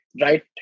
right